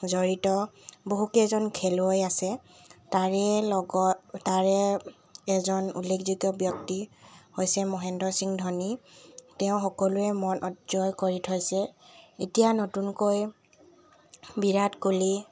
জড়িত বহুকেইজন খেলুৱৈ আছে তাৰে লগত তাৰে এজন উল্লেখযোগ্য ব্যক্তি হৈছে মহেন্দ্ৰ সিং ধোনী তেওঁ সকলোৰে মন জয় কৰি থৈছে এতিয়া নতুনকৈ বিৰাট কোহলি